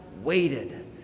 waited